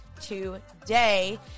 today